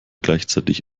gleichzeitig